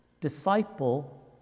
Disciple